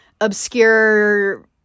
obscure